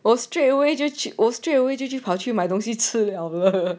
我 straightaway 就去我 straight away 就去跑去买东西吃了哦